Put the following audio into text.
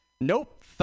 Nope